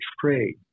trade